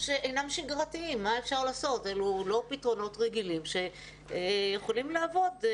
שהם לא שגרתיים ולא פתרונות רגילים בהם יכולים לעבוד.